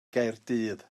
gaerdydd